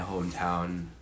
hometown